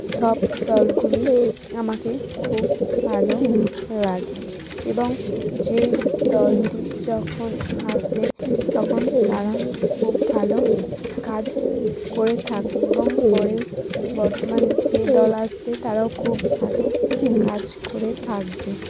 সব দলগুলি আমাকে খুব ভাল লাগে এবং যে দলটি যখন আসে তখন তারা খুব ভাল কাজ করে থাকে এবং পরেও বর্তমানে যে দল আসবে তারাও খুব ভাল কাজ করে থাকবে